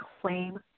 claim